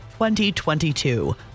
2022